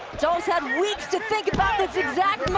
jones had weeks to think about this exact